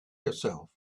yourself